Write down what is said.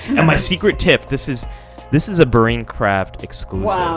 and my secret tip this is this is a brain craft exclusive!